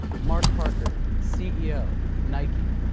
mark parker, ceo nike.